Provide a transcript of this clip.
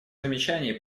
замечаний